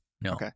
No